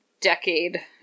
decade